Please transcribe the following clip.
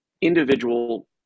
individual